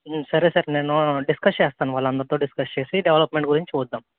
సరే సరే నేను డిస్కస్ చేస్తాను వాళ్ళందరితో డిస్కస్ చేసి డెవలప్మెంట్ గురించి చూద్దాము